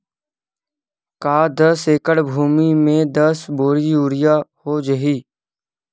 का दस एकड़ भुमि में दस बोरी यूरिया हो जाही?